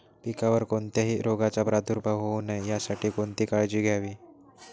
पिकावर कोणत्याही रोगाचा प्रादुर्भाव होऊ नये यासाठी कोणती काळजी घ्यावी?